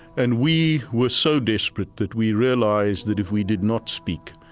and we were so desperate that we realized that if we did not speak,